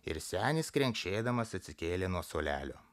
ir senis krenkšėdamas atsikėlė nuo suolelio